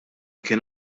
kien